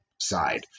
side